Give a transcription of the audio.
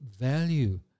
value